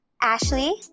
Ashley